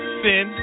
sin